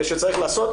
שצריך לעשות.